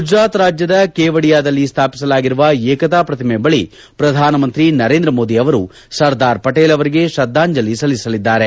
ಗುಜರಾತ್ ರಾಜ್ಯದ ಕೇವಡಿಯಾದಲ್ಲಿ ಸ್ಥಾಪಿಸಲಾಗಿರುವ ಏಕತಾ ಪ್ರತಿಮೆ ಬಳಿ ಪ್ರಧಾನಮಂತ್ರಿ ನರೇಂದ್ರ ಮೋದಿ ಅವರು ಸರ್ದಾರ್ ಪಟೇಲ್ ಅವರಿಗೆ ಶ್ರದ್ದಾಂಜಲಿ ಸಲ್ಲಿಸಲಿದ್ದಾರೆ